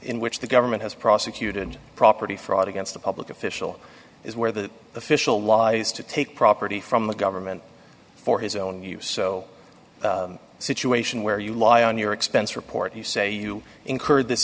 in which the government has prosecuted property fraud against a public official is where the official lies to take property from the government for his own use so situation where you lie on your expense report you say you incurred this